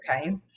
Okay